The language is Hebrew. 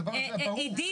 התקציבים.